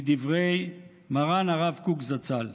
מדברי מרן הרב קוק זצ"ל.